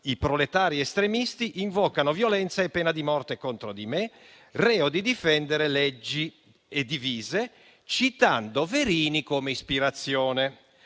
I "proletari estremisti" invocano violenza e pena di morte contro di me, reo di difendere leggi e divise, citando Verini come ispirazione.